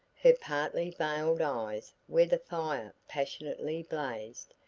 her partly veiled eyes where the fire passionately blazed,